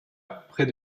près